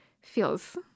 feels